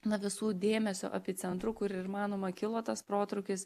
na visų dėmesio epicentru kur ir manoma kilo tas protrūkis